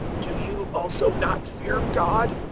do you also not fear god,